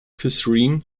catherine